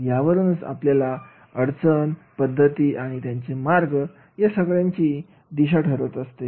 यावरूनच आपल्याला अडचण पद्धती आणि त्याचे मार्ग या सगळ्याची दिशा ठरत असते